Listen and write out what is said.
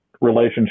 relationship